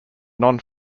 non